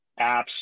apps